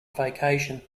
vacation